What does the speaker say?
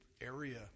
area